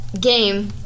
game